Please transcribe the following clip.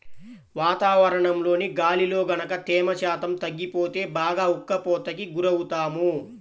వాతావరణంలోని గాలిలో గనక తేమ శాతం తగ్గిపోతే బాగా ఉక్కపోతకి గురవుతాము